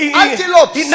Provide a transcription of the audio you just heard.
antelopes